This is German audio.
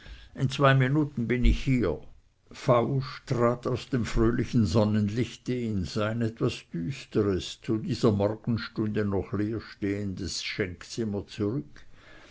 in zwei minuten bin ich hier fausch trat aus dem fröhlichen sonnenlichte in sein etwas düsteres zu dieser morgenstunde noch leer stehendes schenkzimmer zurück